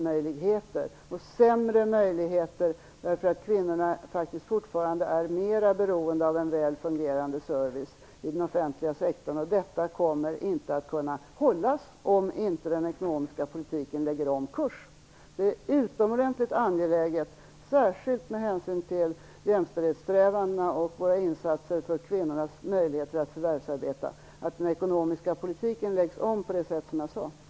Det kommer att ge kvinnorna sämre möjligheter också därför att kvinnorna är mer beroende av en väl fungerande service i den offentliga sektorn. Detta kommer inte att kunna hållas, om inte kursen läggs om för den ekonomiska politiken. Det är alltså utomordentligt angeläget, särskilt med hänsyn till jämställdhetssträvandena och våra insatser för kvinnornas möjligheter att förvärvsarbeta, att den ekonomiska politiken läggs om på det sättet som jag har angivit.